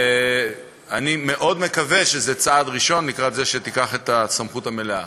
ואני מאוד מקווה שזה צעד ראשון לקראת זה שתיקח את הסמכות המלאה.